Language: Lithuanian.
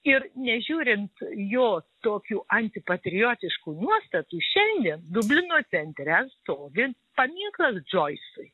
ir nežiūrint jo tokių anti patriotiškų nuostatų šiandien dublino centre stovi paminklas džoisui